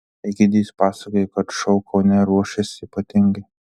egidijus pasakoja kad šou kaune ruošiasi ypatingai